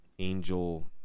angel